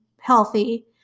healthy